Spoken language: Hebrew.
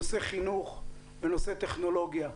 נושא חינוך ונושא טכנולוגיה.